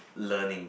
learning